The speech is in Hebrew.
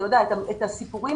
אתה יודע, את הסיפורים